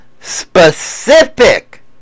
specific